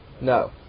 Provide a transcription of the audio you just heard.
No